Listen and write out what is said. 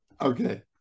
Okay